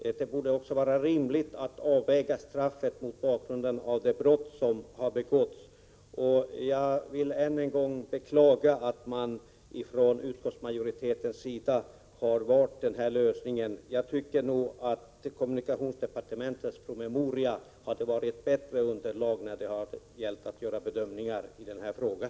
Men det borde också vara rirnligt att avväga straffet mot bakgrund av det brott som har begåtts. Jag vill än en gång beklaga att utskottsmajoriteten har valt denna lösning. Jag tycker att kommunikationsdepartementets promemoria hade varit ett bättre underlag när det gäller att göra bedömningar i den här frågan.